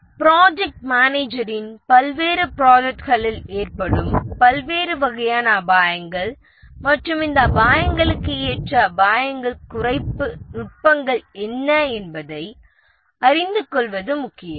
project மேனேஜரின் பல்வேறு ப்ராஜெக்ட்களில் ஏற்படும் பல்வேறு வகையான அபாயங்கள் மற்றும் இந்த அபாயங்களுக்கு ஏற்ற அபாயங்கள் குறைப்பு நுட்பங்கள் என்ன என்பதை அறிந்து கொள்வது முக்கியம்